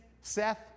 Seth